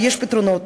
ויש פתרונות,